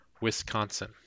wisconsin